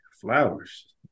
flowers